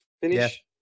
finish